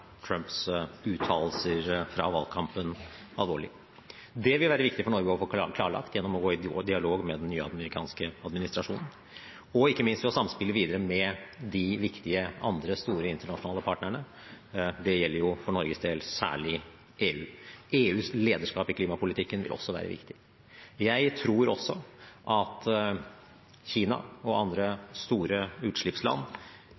Trumps uttalelser fra valgkampen alvorlig. Det vil være viktig for Norge å få klarlagt gjennom å gå i dialog med den nye amerikanske administrasjonen, og ikke minst for samspillet videre med de andre viktige, store internasjonale partnerne. Det gjelder for Norges del særlig EU. EUs lederskap i klimapolitikken vil også være viktig. Jeg tror også at Kina og